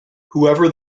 whoever